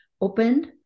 opened